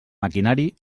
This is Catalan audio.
maquinari